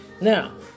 Now